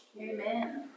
Amen